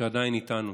שעדיין איתנו.